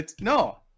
No